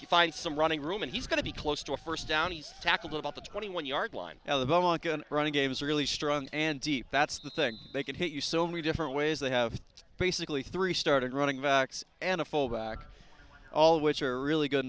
to find some running room and he's going to be close to a first down he's tackled about the twenty one yard line ellabella running games really strong and deep that's the thing they can hit you so many different ways they have basically three started running backs and a fullback all of which are really go